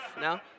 no